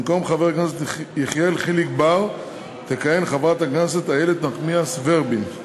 במקום חבר הכנסת יחיאל חיליק בר תכהן חברת הכנסת איילת נחמיאס ורבין.